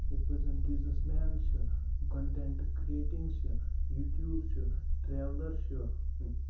یِتھ پٲٹھۍ زَن بِزنٮ۪س مین چھُ کَنٹینٹ کریٹِنگ چھِ یوٗٹوٗب چھُ ٹریولر چھُ